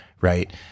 Right